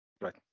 Right